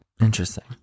Interesting